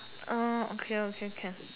uh okay okay can